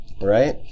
right